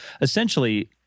essentially